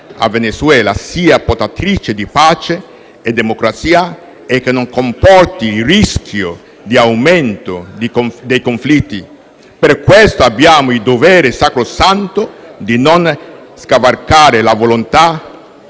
al Venezuela sia portatrice di pace e democrazia e non comporti il rischio di aumento dei conflitti. Per questo abbiamo il dovere sacrosanto di non scavalcare la volontà